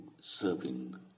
serving